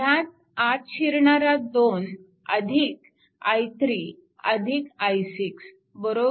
ह्यात आत शिरणारा 2 i3 i6 i5